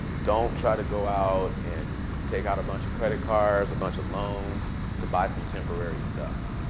don't try to go out and take out a bunch of credit cards, a bunch of loans to buy some temporary stuff.